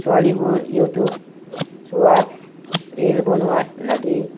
ছোৱালীবোৰ ইউটিউব চোৱাত ৰিল বনোৱাত লাগি